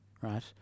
right